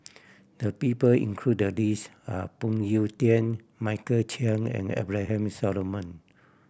the people included the list are Phoon Yew Tien Michael Chiang and Abraham Solomon